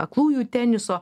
aklųjų teniso